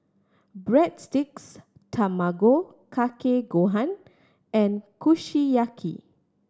Breadsticks Tamago Kake Gohan and Kushiyaki